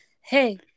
hey